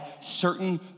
certain